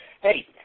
Hey